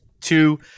Two